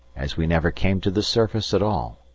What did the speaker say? as we never came to the surface at all,